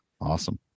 awesome